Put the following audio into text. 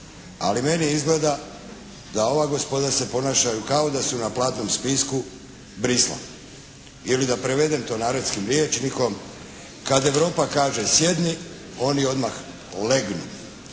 Ali meni izgleda da ova gospoda se ponašaju kao da su na platnom spisku Bruxellesa. Ili da prevedem to narodskim rječnikom, “kad Europa kaže sjedni oni odmah legnu“.